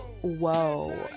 Whoa